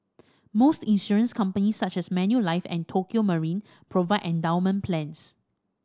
most insurance companies such as Manulife and Tokio Marine provide endowment plans